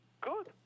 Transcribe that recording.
Good